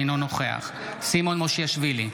אינו נוכח סימון מושיאשוילי,